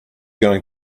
going